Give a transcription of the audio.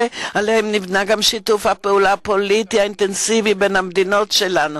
ועליהם נבנה גם שיתוף הפעולה הפוליטי האינטנסיבי בין המדינות שלנו.